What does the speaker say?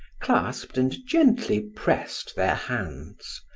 clasped and gently pressed their hands,